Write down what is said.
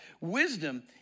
wisdom